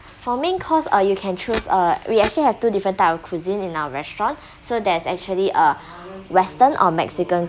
for main course uh you can choose uh we actually have two different type of cuisine in our restaurants so there's actually a western or mexican